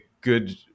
good